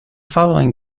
following